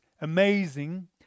amazing